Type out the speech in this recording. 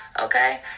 Okay